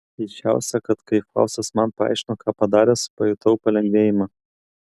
keisčiausia kad kai faustas man paaiškino ką padaręs pajutau palengvėjimą